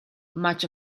much